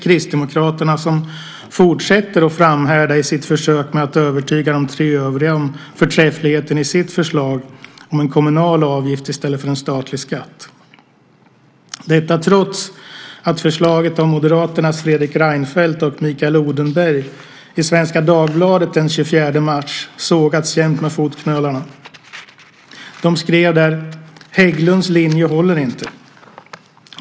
Kristdemokraterna fortsätter att framhärda i sitt försök att övertyga de tre övriga om förträffligheten i sitt förslag om en kommunal avgift i stället för en statlig skatt, detta trots att förslaget av Moderaternas Fredrik Reinfeldt och Mikael Odenberg i Svenska Dagbladet den 24 mars sågats jäms med fotknölarna. De skrev där att Hägglunds linje inte håller.